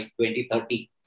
2030